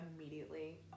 immediately